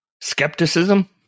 skepticism